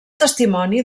testimoni